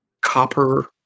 copper